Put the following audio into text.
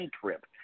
trip